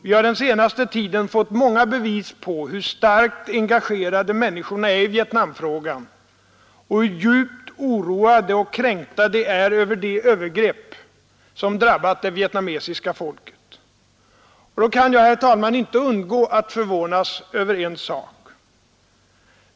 Vi har den senaste tiden fått många bevis på hur starkt engagerade människorna är i Vietnamfrågan och hur djupt oroade och kränkta de är över de övergrepp som drabbat det vietnamesiska folket. Jag kan, herr talman, inte undgå att förvånas över en sak.